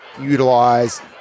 utilize